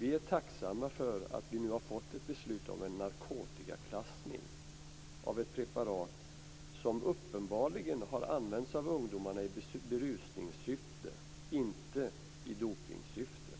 Vi är tacksamma för att vi nu har fått ett beslut om en narkotikaklassning av ett preparat som uppenbarligen har använts av ungdomarna i berusningssyfte, inte i dopningssyfte.